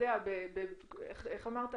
אליהם בריצה